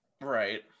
Right